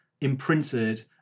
imprinted